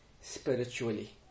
spiritually